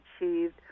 achieved